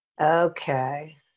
Okay